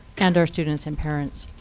and our students and parents.